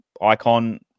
icon